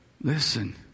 Listen